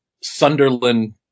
Sunderland